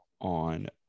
on